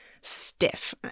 stiff